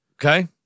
Okay